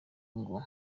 ngo